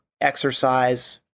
exercise